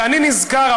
ואני נזכר,